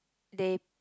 they